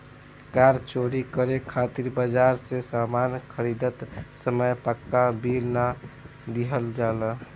कार चोरी करे खातिर बाजार से सामान खरीदत समय पाक्का बिल ना लिहल जाला